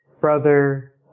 brother